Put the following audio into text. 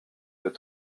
peut